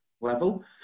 level